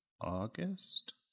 august